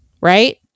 Right